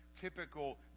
typical